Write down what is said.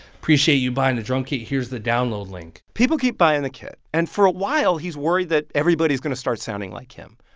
appreciate you buying a drum kit. here's the download link people keep buying the kit. and for a while, he's worried that everybody is to start sounding like him.